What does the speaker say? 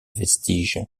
vestiges